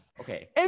Okay